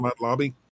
lobby